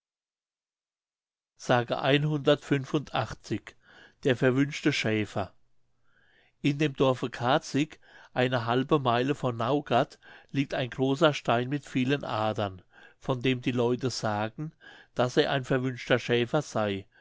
der verwünschte schäfer in dem dorfe carzig eine halbe meile von naugard liegt ein großer stein mit vielen adern von dem die leute sagen daß er ein verwünschter schäfer sey